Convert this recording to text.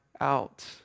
out